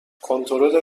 کنترل